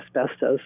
asbestos